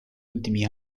ultimi